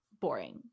boring